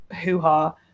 hoo-ha